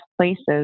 places